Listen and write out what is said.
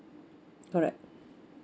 correct